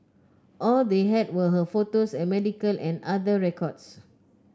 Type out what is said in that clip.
all they had were her photos and medical and other records